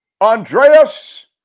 Andreas